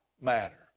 matter